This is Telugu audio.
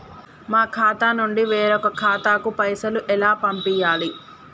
మా ఖాతా నుండి వేరొక ఖాతాకు పైసలు ఎలా పంపియ్యాలి?